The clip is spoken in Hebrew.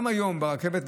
גם היום ברכבת,